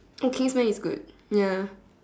oh kingsman is good ya